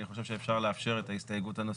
אני חושב שאפשר לאפשר את ההסתייגות הנוספת.